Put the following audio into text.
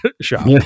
shop